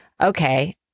okay